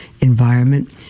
environment